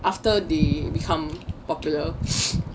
after they become popular